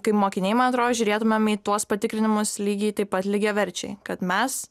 kaip mokiniai man atrodo žiūrėtumėm į tuos patikrinimus lygiai taip pat lygiaverčiai kad mes